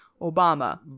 Obama